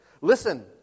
Listen